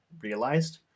realized